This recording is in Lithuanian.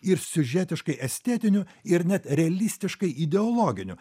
ir siužetiškai estetiniu ir net realistiškai ideologiniu